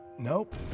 Nope